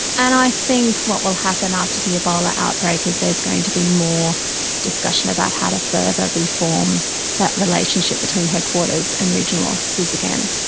and i think what will happen after the ebola outbreak is there's going to be more discussion about how to further reform that relationship between headquarters and regional offices again.